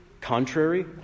contrary